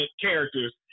characters